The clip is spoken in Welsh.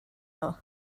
nhw